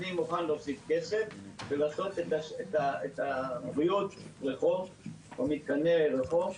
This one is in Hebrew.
אני מוכן להוסיף כסף ולעשות את ה --- מתקני הרחוב,